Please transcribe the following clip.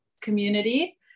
community